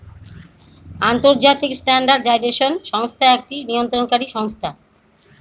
আন্তর্জাতিক স্ট্যান্ডার্ডাইজেশন সংস্থা একটি নিয়ন্ত্রণকারী সংস্থা